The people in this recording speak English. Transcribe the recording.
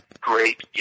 great